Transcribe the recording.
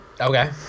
okay